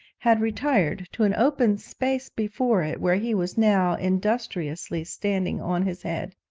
had retired to an open space before it, where he was now industriously standing on his head.